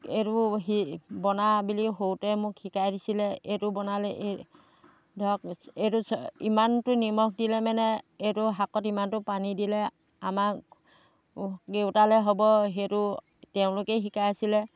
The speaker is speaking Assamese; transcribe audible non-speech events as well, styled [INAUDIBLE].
এইটো হি বনা বুলি সৰুতে মোক শিকাই দিছিলে এইটো বনালে এই ধৰক এইটো [UNINTELLIGIBLE] ইমানটো নিমখ দিলে মানে এইটো শাকত ইমানটো পানী দিলে আমাক [UNINTELLIGIBLE] কেইটালৈ হ'ব সেইটো তেওঁলোকে শিকাইছিলে